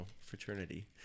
fraternity